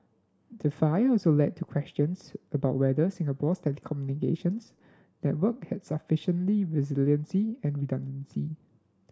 the fire also led to questions about whether Singapore's telecommunications network had sufficient resiliency and redundancy